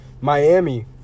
Miami